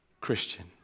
Christian